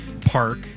park